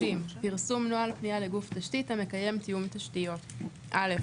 פרסום נוהל פנייה לגוף תשתית המקיים תיאום תשתיות 30. (א)